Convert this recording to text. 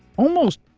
almost,